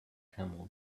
camel